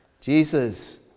Jesus